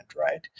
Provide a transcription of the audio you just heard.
right